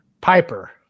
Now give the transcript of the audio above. Piper